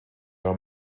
are